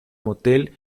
motel